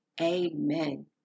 Amen